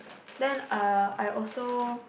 then uh I also